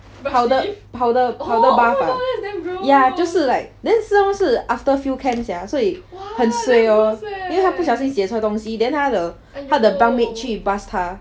powder powder powder bath ah ya 就是 like then some more 是 after field camp sia then 所以很 suay lor 因为他不小心写错东西 then 他的他的 bunk mate bust 他